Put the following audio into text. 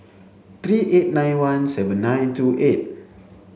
three eight nine one seven nine two eight